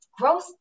growth